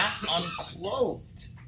unclothed